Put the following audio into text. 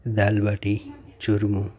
dal baati ચૂરમું